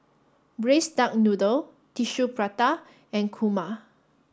Braised Duck Noodle Tissue Prata and Kurma